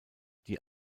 die